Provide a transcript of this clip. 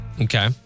Okay